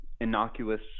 innocuous